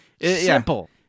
Simple